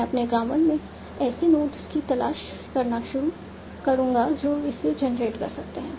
मैं अपने ग्रामर में ऐसे नोड्स की तलाश करना शुरू करूंगा जो इसे जनरेट कर सकते हैं